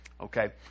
okay